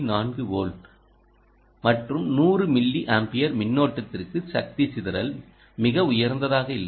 4 volt மற்றும் 100 milliampere மின்னோட்டத்திற்கு சக்தி சிதறல் மிக உயர்ந்ததாக இல்லை